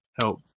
help